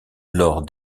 lors